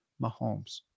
Mahomes